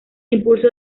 impulso